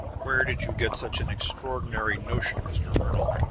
where did you get such an extraordinary notion, mr. ernol?